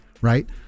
right